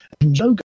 logo